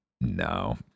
no